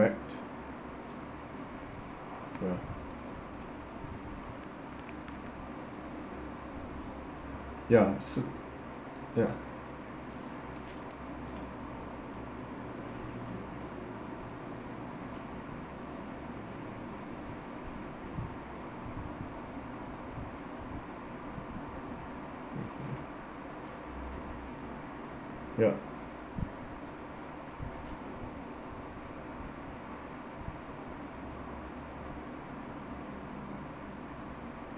ya ya s~ ya ya